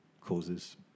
causes